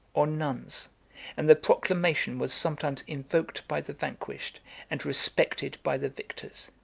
or nuns and the proclamation was sometimes invoked by the vanquished and respected by the victors.